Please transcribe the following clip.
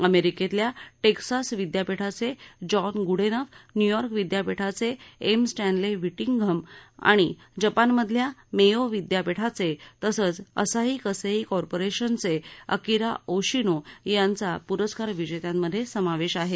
अमेरिकेतल्या टेक्सास विद्यापीठाचे John Goodenough New York विद्यापीठाचे एम स्टस्सि व्हिटिंघम आणि जपानमधल्या मेयो विद्यापीठाचे तसंच असाही कसेई कॉर्पोरेशनचे अकिरा योशीनो यांचा पुरस्कार विजेत्यांमध्ये समावेश आहे